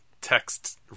text